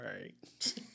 right